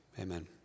amen